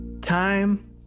time